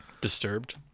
disturbed